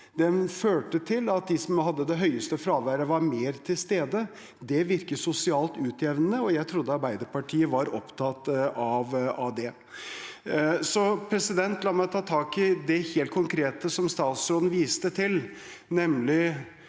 Den førte til at de som hadde det høyeste fraværet, var mer til stede. Det virker sosialt utjevnende, og jeg trodde Arbeiderpartiet var opptatt av det. La meg ta tak i det helt konkrete som statsråden viste til, nemlig